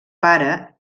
pare